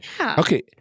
okay